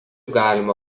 galima